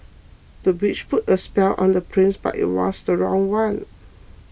the witch put a spell on the prince but it was the wrong one